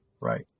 right